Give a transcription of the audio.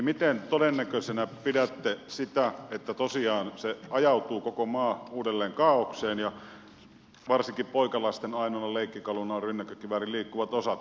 miten todennäköisenä pidätte sitä että tosiaan se koko maa ajautuu uudelleen kaaokseen ja varsinkin poikalasten ainoana leikkikaluna ovat rynnäkkökiväärin liikkuvat osat kauas tulevaisuuteen